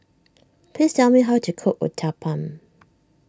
please tell me how to cook Uthapam